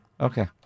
Okay